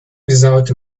without